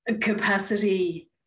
capacity